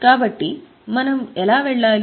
కాబట్టి మనం ఎలా వెళ్ళాలి